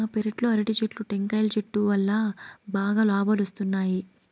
మా పెరట్లో అరటి చెట్లు, టెంకాయల చెట్టు వల్లా బాగా లాబాలొస్తున్నాయి